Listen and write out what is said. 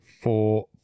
four